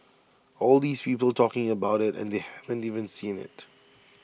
all these people talking about IT and they haven't even seen IT